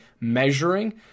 measuring